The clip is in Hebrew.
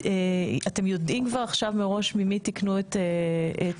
אתם יודעים כבר עכשיו מראש ממי תקנו את הגז?